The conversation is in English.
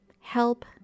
help